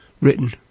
Written